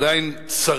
כמובן עדיין צריך,